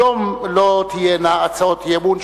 היום לא תהיינה הצעות אי-אמון,